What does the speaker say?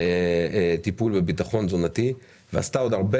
לטיפול בביטחון תזונתי והיא עשתה עוד הרבה